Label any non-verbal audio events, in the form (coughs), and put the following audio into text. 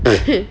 (coughs)